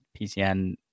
PCN